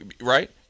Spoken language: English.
right